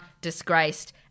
disgraced